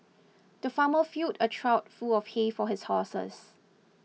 the farmer filled a trough full of hay for his horses